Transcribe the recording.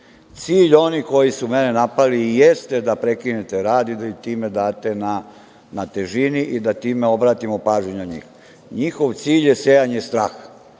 Cilj onih koji su mene napali jeste da prekinete rad i da im time date na težini i da time obratimo pažnju na njih. Njihov cilj je sejanje straha.